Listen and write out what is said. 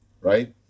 Right